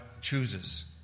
chooses